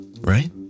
Right